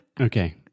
Okay